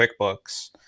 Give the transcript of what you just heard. QuickBooks